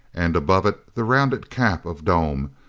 and above it the rounded cap of dome,